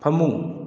ꯐꯃꯨꯡ